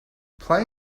play